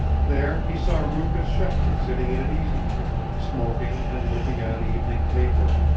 there he saw rufus shepley sitting in an easy-chair, smoking and looking at an evening paper.